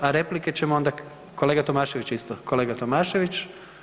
A replike ćemo onda, kolega Tomašević isto, kolega Tomašević.